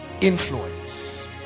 influence